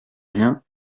rien